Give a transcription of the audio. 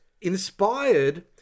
inspired